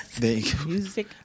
Music